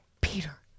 Peter